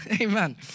Amen